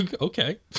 Okay